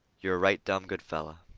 yer a right dum good feller.